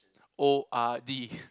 O_R_D